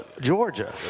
Georgia